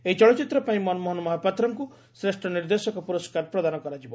ଏହି ଚଳଚିତ୍ର ପାଇଁ ମନମୋହନ ମହାପାତ୍ରଙ୍କୁ ଶ୍ରେଷ୍ ନିର୍ଦ୍ଦେଶକ ପୁରସ୍କାର ପ୍ରଦାନ କରାଯିବ